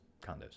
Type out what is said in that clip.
condos